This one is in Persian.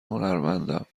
هنرمندم